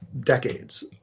decades